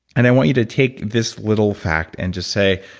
and i want you to take this little fact and just say,